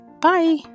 Bye